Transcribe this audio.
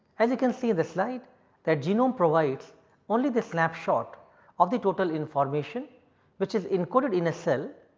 as you can see in the slide that genome provides only the snapshot of the total information which is encoded in a cell,